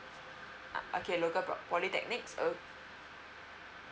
okay local po~ polytechnics